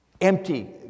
empty